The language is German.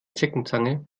zeckenzange